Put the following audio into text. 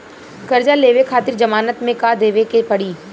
कर्जा लेवे खातिर जमानत मे का देवे के पड़ी?